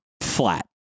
flat